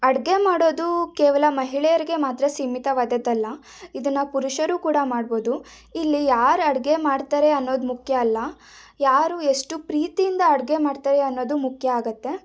ಅಡುಗೆ ಮಾಡೋದು ಕೇವಲ ಮಹಿಳೆಯರಿಗೆ ಮಾತ್ರ ಸೀಮಿತವಾದದ್ದಲ್ಲ ಇದನ್ನು ಪುರುಷರು ಕೂಡ ಮಾಡ್ಬೋದು ಇಲ್ಲಿ ಯಾರು ಅಡುಗೆ ಮಾಡ್ತಾರೆ ಅನ್ನೋದು ಮುಖ್ಯ ಅಲ್ಲ ಯಾರು ಎಷ್ಟು ಪ್ರೀತಿಯಿಂದ ಅಡುಗೆ ಮಾಡ್ತಾರೆ ಅನ್ನೋದು ಮುಖ್ಯ ಆಗತ್ತೆ